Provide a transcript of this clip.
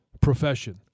profession